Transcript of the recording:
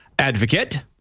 Advocate